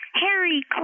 Harry